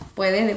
puede